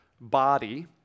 body